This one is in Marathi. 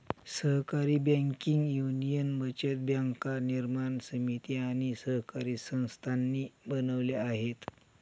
सहकारी बँकिंग युनियन बचत बँका निर्माण समिती आणि सहकारी संस्थांनी बनवल्या आहेत